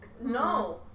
No